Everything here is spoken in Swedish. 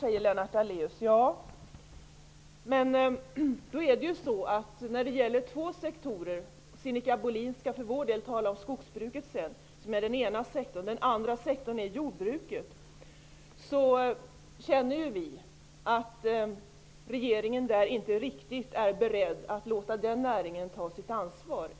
Det handlar om två sektorer. Sinnikka Bohlin skall för socialdemokraternas del senare tala om skogsbruket, som är den ena sektorn. Den andra sektorn är jordbruket. Vi tycker att regeringen inte är riktigt beredd att låta den näringen ta sitt ansvar.